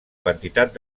quantitat